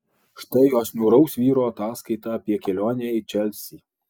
štai jos niūraus vyro ataskaita apie kelionę į čelsį